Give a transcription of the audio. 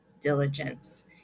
diligence